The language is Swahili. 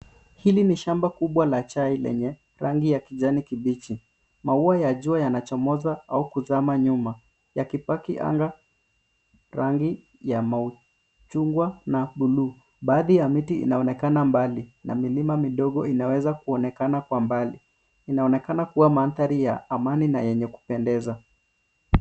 Hili ni shamba kubwa la chai lenye rangi ya kijani kibichi. Maua ya jua yanachomoza au kuzama nyuma yakipaka anga rangi ya machungwa na bluu. Baadhi ya miti inaonekana mbali na milima midogo inaweza kuonekana kwa mbali. Inaonekana kuwa mandhari ya amani na yenye kupendeza.